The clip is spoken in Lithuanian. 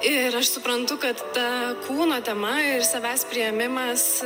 ir aš suprantu kad ta kūno tema ir savęs priėmimas